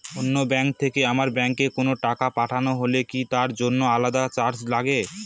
অন্য ব্যাংক থেকে আমার ব্যাংকে কোনো টাকা পাঠানো হলে কি তার জন্য আলাদা চার্জ লাগে?